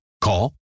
Call